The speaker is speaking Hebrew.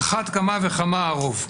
על אחת כמה וכמה הרוב.